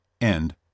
End